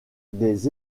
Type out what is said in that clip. des